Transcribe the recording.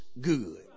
good